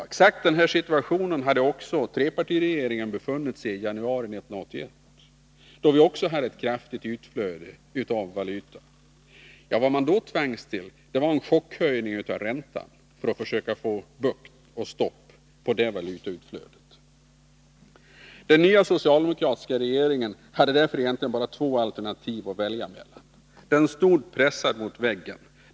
I exakt samma situation hade trepartiregeringen befunnit sig i januari 1981, då vi också hade ett kraftigt utflöde av valuta. Vad man då tvangs till var en chockhöjning av räntan för att försöka få bukt med och stopp på valutautflödet. Den nya socialdemokratiska regeringen hade därför egentligen enbart två alternativ att välja mellan. Man var pressad mot väggen.